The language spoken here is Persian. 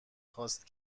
خواست